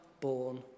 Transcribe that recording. born